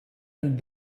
and